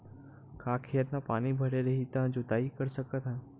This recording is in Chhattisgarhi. का खेत म पानी भरे रही त जोताई कर सकत हन?